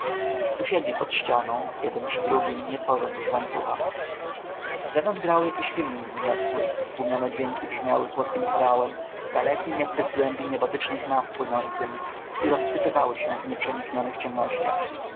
usiedli pod ścianą jeden przy drugim nie tworząc już łańcucha zenon grał jakiś hymn wzniosły stłumione dźwięki brzmiały słodkim chorałem dalekim jakby z głębi niebotycznych naw płynącym i rozsypywały się w nieprzeniknionych ciemnościach